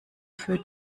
für